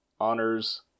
Honor's